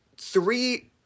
three